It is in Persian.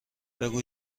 بگو